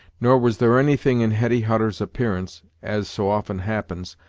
nor was there any thing in hetty hutter's appearance, as so often happens,